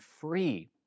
free